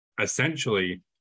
essentially